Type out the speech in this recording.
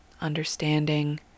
understanding